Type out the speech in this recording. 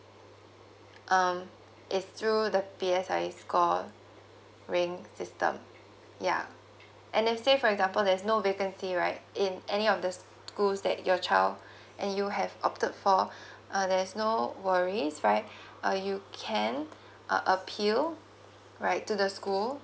um is through the P_S_L_E score rank system yeah and if say for example there is no vacancy right in any of the schools that your child and you have opted for uh there is no worries right uh you can uh appeal right to the school